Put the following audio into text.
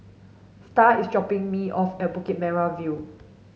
Starr is dropping me off at Bukit Merah View